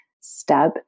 step